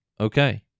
Okay